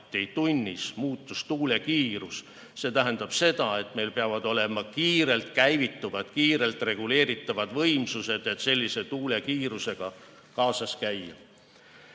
megavati võrra tunnis. See tähendab seda, et meil peavad olema kiirelt käivituvad, kiirelt reguleeritavad võimsused, et sellise tuule kiirusega kaasas käia.